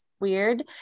weird